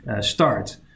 start